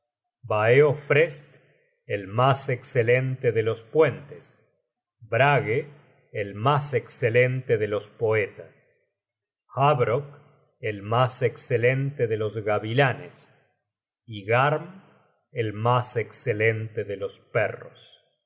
baefroest el mas escelente de los puentes brage el mas escelente de los poetas habrok el mas escelente de los gavilanes y garm el mas escelente de los perros los